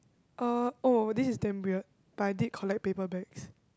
uh oh this is damn weird but I did collect paper bags